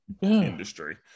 industry